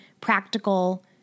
practical